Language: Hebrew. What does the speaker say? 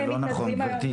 זה לא נכון, גברתי.